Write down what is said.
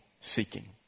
seeking